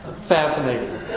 Fascinating